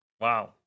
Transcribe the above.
Wow